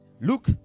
Luke